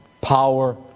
power